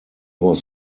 was